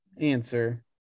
answer